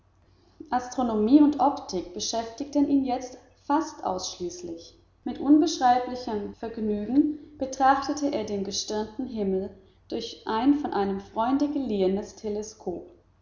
gegenständen astronomie und optik beschäftigten ihn jetzt fast ausschließend mit unbeschreiblichem vergnügen betrachtete er den gestirnten himmel durch ein von einem freunde geliehenes teleskop